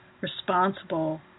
responsible